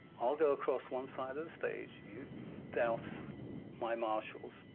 i'll go across one side of the stage. you douse my marshalls,